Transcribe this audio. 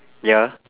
ya